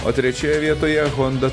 o trečioje vietoje honda